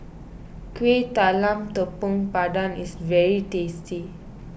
Kueh Talam Tepong Pandan is very tasty